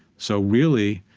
so really,